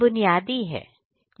यह बुनियादी है